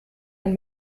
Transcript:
man